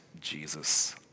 Jesus